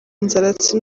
inzaratsi